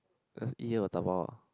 just eat here or dabao ah